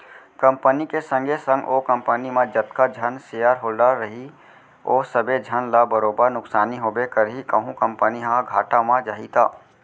company के संगे संग ओ कंपनी म जतका झन सेयर होल्डर रइही ओ सबे झन ल बरोबर नुकसानी होबे करही कहूं कंपनी ह घाटा म जाही त